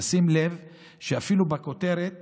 תשים לב שאפילו בכותרת